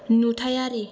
नुथायारि